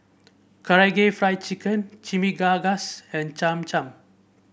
Karaage Fried Chicken Chimichangas and Cham Cham